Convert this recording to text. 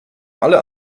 alle